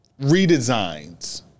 redesigns